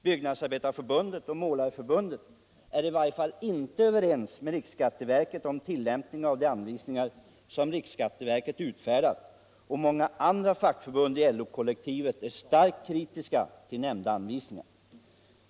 Byggnadsarbetareförbundet och Målareförbundet är i varje fall inte överens med riksskatteverket om tillämpningen av de anvisningar som riksskatteverket utfärdat. Många andra fackförbund i LO-kollektivet är också starkt kritiska mot nämnda anvisningar.